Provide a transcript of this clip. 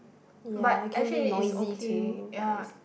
ya it can be noisy too but is